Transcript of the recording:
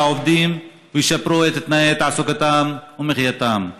העובדים וישפרו את תנאי תעסוקתם ומחייתם.